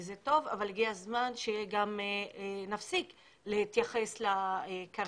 זה טוב אבל הגיע הזמן שגם נפסיק להתייחס לקרקעות,